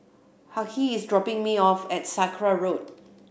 Hughey is dropping me off at Sakra Road